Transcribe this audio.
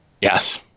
Yes